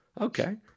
Okay